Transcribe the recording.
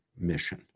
mission